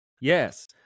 yes